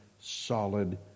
solid